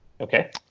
Okay